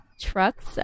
Trucks